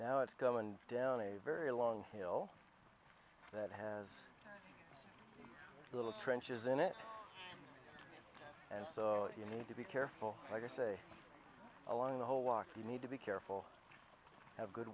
now it's going down a very long hill that has little trenches in it and so you need to be careful or say along the whole walk you need to be careful have good